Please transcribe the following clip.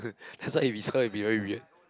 that's why if is her it will be very weird